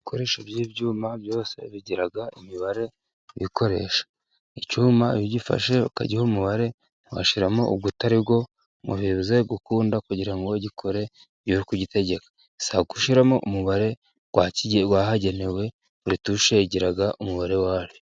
Ibikoresho by'ibyuma byose bigira imibare bikoresha. Icyuma ugifashe ukagiha umubare ntiwashyiramo utari wo ngo bize gukunda, kugira ngo gikore iyo uri kugitegeka, bisaba gushyiramo umubare wahagenewe buri tushe igira umubare wayo.